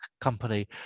company